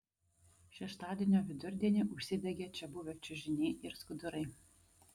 šeštadienio vidurdienį užsidegė čia buvę čiužiniai ir skudurai